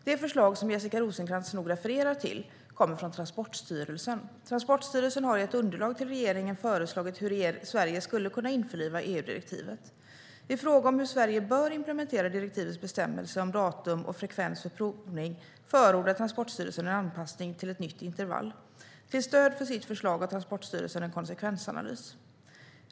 Det förslag som Jessica Rosencrantz nog refererar till kommer från Transportstyrelsen. Transportstyrelsen har i ett underlag till regeringen föreslagit hur Sverige skulle kunna införliva EU-direktivet. I fråga om hur Sverige bör implementera direktivets bestämmelse om datum och frekvens för provning förordar Transportstyrelsen en anpassning till ett nytt intervall. Till stöd för sitt förslag har Transportstyrelsen en konsekvensanalys.